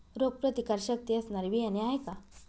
रोगप्रतिकारशक्ती असणारी बियाणे आहे का?